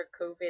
COVID